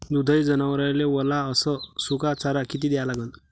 दुधाळू जनावराइले वला अस सुका चारा किती द्या लागन?